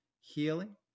healing